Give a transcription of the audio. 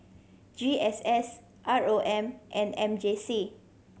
G S S R O M and M J C